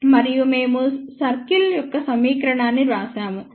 మరియుమేము circle యొక్క సమీకరణాన్ని వ్రాసాము